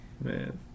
man